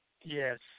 Yes